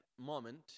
moment